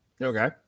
Okay